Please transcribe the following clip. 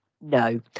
No